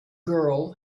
girl